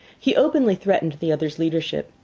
he openly threatened the other's leadership.